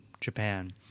Japan